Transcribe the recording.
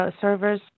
servers